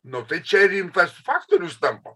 nu tai čia rimtas faktorius tampa